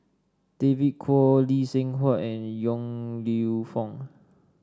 David Kwo Lee Seng Huat and Yong Lew Foong